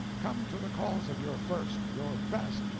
come to the calls of your first, your best,